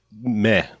meh